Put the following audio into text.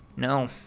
No